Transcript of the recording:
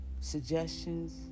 suggestions